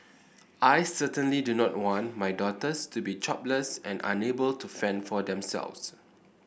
I certainly do not want my daughters to be jobless and unable to fend for themselves